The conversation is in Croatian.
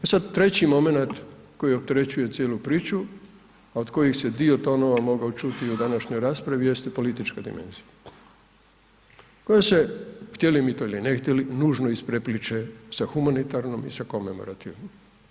E sad treći momenat koji opterećuje cijelu priču, a od kojih se dio tonova mogao čuti i u današnjoj raspravi jeste politička dimenzija koja se, htjeli mi to ili ne htjeli, nužno isprepliće sa humanitarnom i sa komemorativnom.